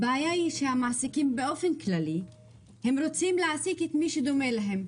הבעיה שהמעסיקים רוצים להעסיק את מי שדומה להם.